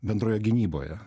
bendroje gynyboje